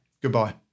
goodbye